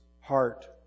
heart